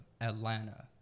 Atlanta